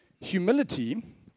Humility